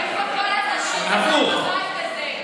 איפה כל הנשים כאן בבית הזה,